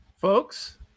Folks